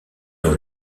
dans